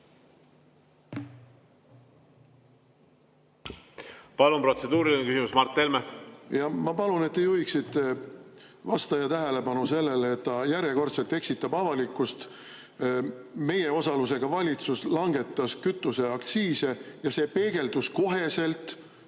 Palun, protseduuriline küsimus, Mart Helme! Ma palun, et te juhiksite vastaja tähelepanu sellele, et ta järjekordselt eksitab avalikkust. Meie osalusega valitsus langetas kütuseaktsiise ja see peegeldus koheselt